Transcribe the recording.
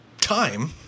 time